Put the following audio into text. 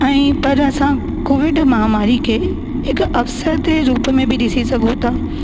ऐं पर असां कोविड महामारी खे हिकु अवसर ते रूप में बि ॾिसी सघूं था